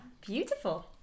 beautiful